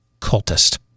cultist